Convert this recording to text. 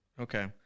Okay